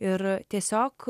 ir tiesiog